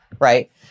right